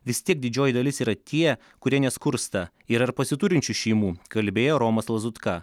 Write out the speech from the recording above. vis tiek didžioji dalis yra tie kurie neskursta yra ir pasiturinčių šeimų kalbėjo romas lazutka